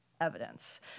evidence